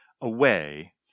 away